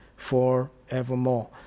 forevermore